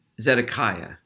Zedekiah